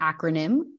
acronym